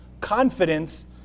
confidence